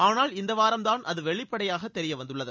ஆனால் இந்த வாரம்தான் அது வெளிப்படையாக தெரியவந்துள்ளது